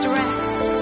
rest